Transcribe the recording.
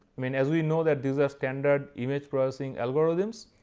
i mean as we know that these are standard image processing algorithms,